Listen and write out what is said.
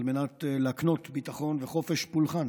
על מנת להקנות ביטחון וחופש פולחן